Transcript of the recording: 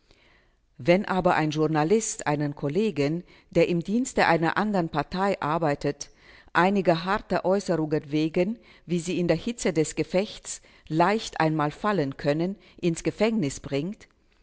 wenn aber ein journalist einen kollegen der im dienste einer anderen partei arbeitet einiger harter äußerungen wegen wie sie in der hitze des gefechts leicht einmal fallen können ins gefängnis bringt